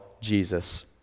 jesus